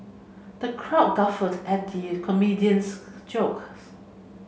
the crowd guffawed at the comedian's jokes